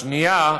השנייה,